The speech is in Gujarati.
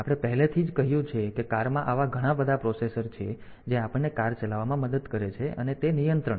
આપણે પહેલેથી જ કહ્યું છે કે કારમાં આવા ઘણા પ્રોસેસર છે જે આપણને કાર ચલાવવામાં મદદ કરે છે અને તે નિયંત્રણ છે